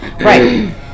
right